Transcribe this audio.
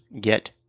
get